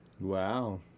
Wow